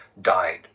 died